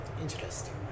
Interesting